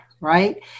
right